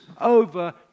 over